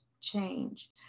change